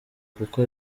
kuko